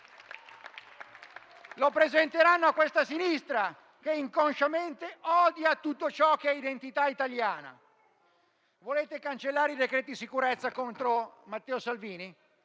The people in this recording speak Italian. Lo presenteranno a questa sinistra che inconsciamente odia tutto ciò che è identità italiana. Volete cancellare i decreti sicurezza contro Matteo Salvini?